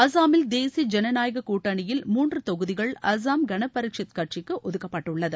அஸ்ஸாமில் தேசிய ஜனநாயக கூட்டணியில் மூன்று தொகுதிகள் அஸ்ஸாம் கணபரிஷத் கட்சிக்கு ஒதுக்கப்பட்டுள்ளது